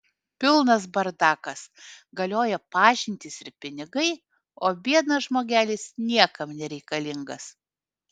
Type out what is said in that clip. pilnas bardakas galioja pažintys ir pinigai o biednas žmogelis niekam nereikalingas